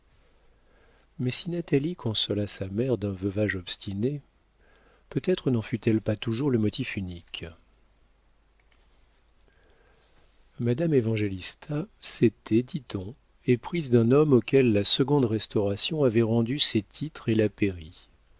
mais si natalie consola sa mère d'un veuvage obstiné peut-être n'en fut-elle pas toujours le motif unique madame évangélista s'était dit-on éprise d'un homme auquel la seconde restauration avait rendu ses titres et la